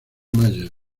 maya